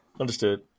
Understood